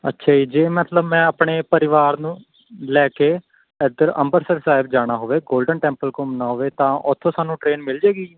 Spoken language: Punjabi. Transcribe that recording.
ਅੱਛਾ ਜੀ ਜੇ ਮਤਲਬ ਮੈਂ ਆਪਣੇ ਪਰਿਵਾਰ ਨੂੰ ਲੈ ਕੇ ਇੱਧਰ ਅੰਮ੍ਰਿਤਸਰ ਸਾਹਿਬ ਜਾਣਾ ਹੋਵੇ ਗੋਲਡਨ ਟੈਂਪਲ ਘੁੰਮਣਾ ਹੋਵੇ ਤਾਂ ਉੱਥੋਂ ਸਾਨੂੰ ਟ੍ਰੇਨ ਮਿਲ ਜੇਗੀ